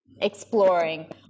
exploring